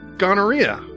gonorrhea